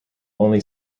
only